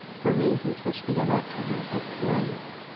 for reasons which the electron explains.